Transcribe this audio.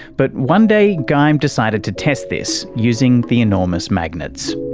but one day, geim decided to test this using the enormous magnets.